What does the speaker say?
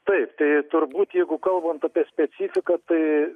taip tai turbūt jeigu kalbant apie specifiką tai